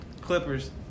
Clippers